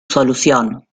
solución